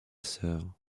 sœur